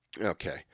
Okay